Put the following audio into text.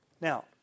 Now